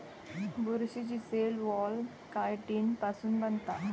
बुरशीची cell wall chitin पासुन बनता